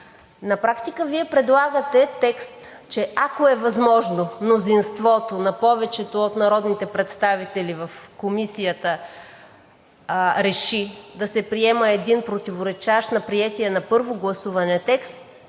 На практика Вие предлагате текст, че ако мнозинството на народните представители в Комисията реши да се приеме един противоречащ на приетия на първо гласуване текст,